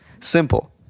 Simple